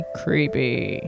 creepy